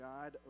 God